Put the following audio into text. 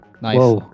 Nice